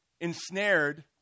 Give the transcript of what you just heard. ensnared